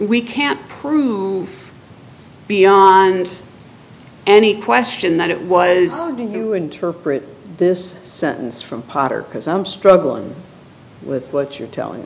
we can't prove beyond any question that it was to do interpret this sentence from potter because i'm struggling with what you're telling